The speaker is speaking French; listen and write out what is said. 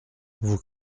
vous